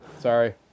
Sorry